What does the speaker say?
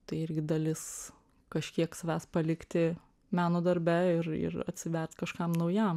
tai irgi dalis kažkiek savęs palikti meno darbe ir ir atsivert kažkam naujam